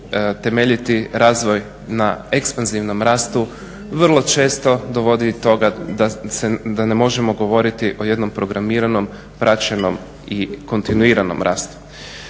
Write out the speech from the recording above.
temeljiti razvoj na ekspanzivnom rastu, vrlo često dovodi do toga da ne možemo govoriti o jednom programiranom, praćenom i kontinuiranom rastu.